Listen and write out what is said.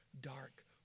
dark